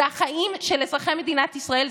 אלו החיים של אזרחי מדינת ישראל,